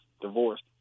divorced